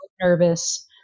nervous